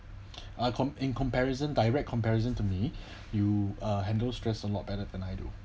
ah com~ in comparison direct comparison to me you uh handled stress a lot better than I do